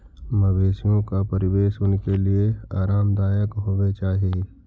मवेशियों का परिवेश उनके लिए आरामदायक होवे चाही